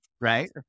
Right